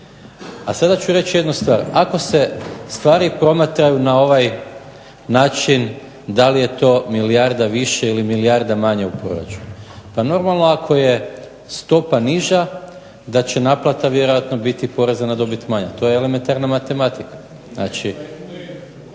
A sada ću reći jednu stvar. Ako se stvari promatraju na ovaj način da li je to milijarda više ili milijarda manje u proračunu. Pa normalno ako je stopa niža da će naplata vjerojatno biti poreza na dobit manja. To je elementarna matematika. Znači, ...